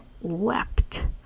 wept